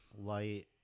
light